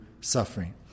suffering